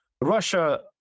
Russia